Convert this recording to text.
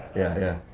yeah, yeah.